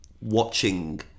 watching